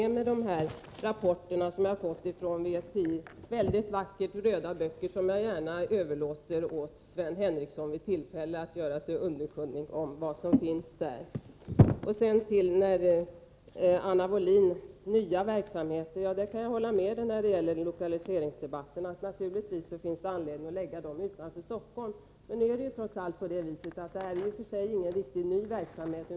Dessa mycket vackert röda böcker överlämnar jag gärna till Sven Henricsson, så att han vid tillfälle kan göra sig underkunnig om innehållet i dem. Jag kan vidare hålla med Anna Wohlin-Andersson om att det finns anledning att förlägga nya verksamheter utanför Stockholm. Men den verksamhet som det här gäller är i och för sig inte ny.